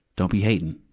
don't be hating,